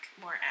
more